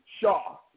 Shaw